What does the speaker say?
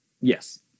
Yes